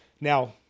Now